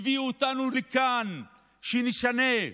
הביאו אותנו לכאן שנשנה,